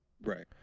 Right